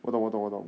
我懂我懂我懂